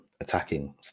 attacking